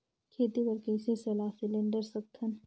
खेती बर कइसे सलाह सिलेंडर सकथन?